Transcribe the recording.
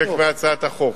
חלק מהצעת החוק.